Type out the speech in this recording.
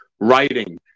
writing